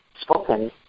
spoken